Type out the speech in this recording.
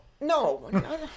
No